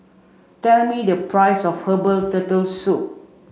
tell me the price of herbal turtle soup